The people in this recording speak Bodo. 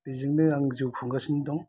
बेजोंनो आं जिउ खुंगासिनो दं